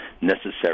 necessary